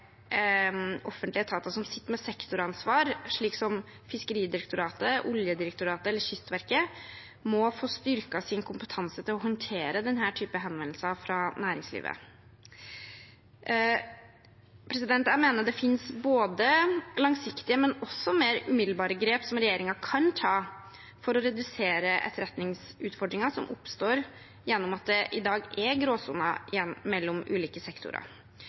offentlige etater som sitter med sektoransvar, som Fiskeridirektoratet, Oljedirektoratet eller Kystverket, må få styrket sin kompetanse til å håndtere denne typen henvendelser fra næringslivet. Jeg mener det finnes både langsiktige og mer umiddelbare grep som regjeringen kan ta for å redusere etterretningsutfordringer som oppstår gjennom at det i dag er gråsoner mellom ulike sektorer.